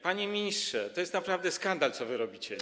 Panie ministrze, to jest naprawdę skandal, co wy robicie.